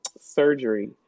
surgery